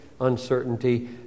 uncertainty